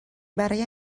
برای